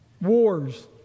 Wars